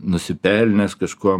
nusipelnęs kažkuo